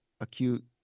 acute